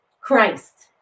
Christ